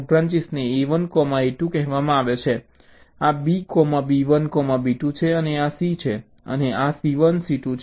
આ B B1 B2 છે અને આ C છે અને આ C1 C2 છે